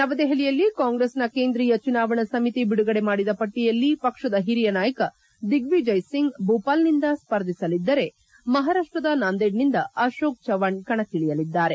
ನವದೆಹಲಿಯಲ್ಲಿ ಕಾಂಗ್ರೆಸ್ನ ಕೇಂದ್ರೀಯ ಚುನಾವಣಾ ಸಮಿತಿ ಬಿಡುಗಡೆ ಮಾಡಿದ ಪಟ್ಟಿಯಲ್ಲಿ ಪಕ್ಷದ ಹಿರಿಯ ನಾಯಕ ದಿಗ್ವಿಜಯ್ ಸಿಂಗ್ ಭೂಪಾಲ್ನಿಂದ ಸ್ಪರ್ಧಿಸಲಿದ್ದರೆ ಮಹಾರಾಷ್ಟದ ನಾಂದೇಡ್ನಿಂದ ಅಶೋಕ್ ಚೌವಾಣ್ ಕಣಕ್ಕಿಳಿಯಲಿದ್ದಾರೆ